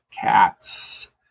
cats